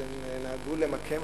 הן נהגו למקם,